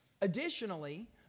Additionally